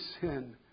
sin